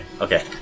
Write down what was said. okay